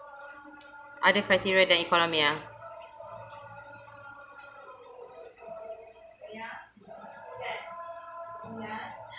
other criteria than economy ya